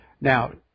now